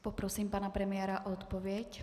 Poprosím pana premiéra o odpověď.